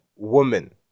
woman